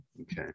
Okay